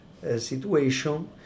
situation